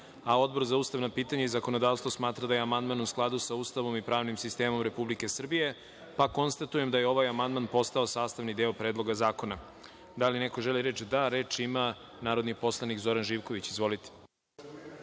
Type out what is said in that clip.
amandman. Odbor za ustavna pitanja i zakonodavstvo smatra da je amandman u skladu sa Ustavom i pravnim sistemom Republike Srbije. Konstatujem da je ovaj amandman postao sastavni deo Predloga zakona. Da li neko želi reč? Reč ima narodni poslanik Zoran Živković. Izvolite.